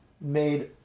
made